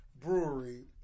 Brewery